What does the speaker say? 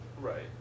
Right